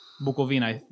Bukovina